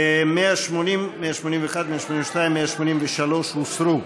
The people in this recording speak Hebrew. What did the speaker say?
181, 182 ו-83 הוסרו.